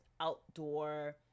outdoor